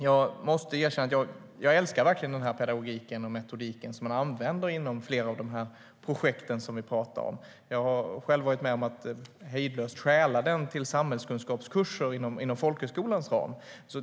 Jag måste erkänna att jag verkligen älskar pedagogiken och metodiken som man använder inom flera av projekten som vi pratar om. Jag har själv varit med om att hejdlöst stjäla den till samhällskunskapskurser inom folkhögskolans ram.